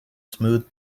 smooth